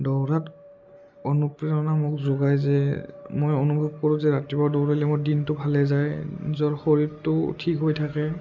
দৌৰা অনুপ্ৰেৰণা মোক যোগায় যে মই অনুভৱ কৰোঁ যে ৰাতিপুৱা দৌৰালে মোৰ দিনটো ভালে যায় নিজৰ শৰীৰটো ঠিক হৈ থাকে